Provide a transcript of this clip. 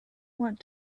want